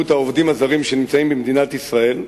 העובדים הזרים שנמצאים במדינת ישראל,